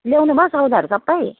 ल्याउनुभयो सौदाहरू सबै